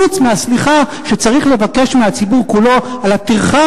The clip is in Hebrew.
חוץ מהסליחה שצריך לבקש מהציבור כולו על הטרחה